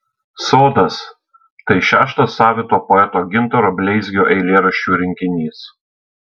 sodas tai šeštas savito poeto gintaro bleizgio eilėraščių rinkinys